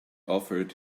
offered